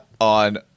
on